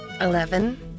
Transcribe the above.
Eleven